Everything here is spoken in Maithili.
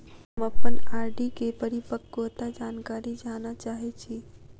हम अप्पन आर.डी केँ परिपक्वता जानकारी जानऽ चाहै छी